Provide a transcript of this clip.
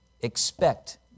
expect